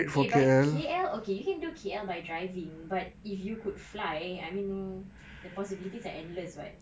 eh but K_L okay you can go K_L by driving but if you could fly I mean the possibilities is endless [what]